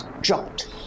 dropped